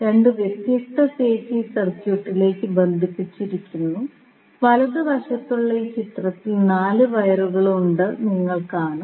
2 വ്യത്യസ്ത ഫേസ് ഈ സർക്യൂട്ടിലേക്ക് ബന്ധിപ്പിച്ചിരിക്കുന്നു വലതുവശത്തുള്ള ഈ ചിത്രത്തിൽ 4 വയറുകളുണ്ടെന്ന് നിങ്ങൾ കാണും